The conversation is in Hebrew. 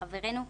חברנו.